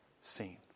seen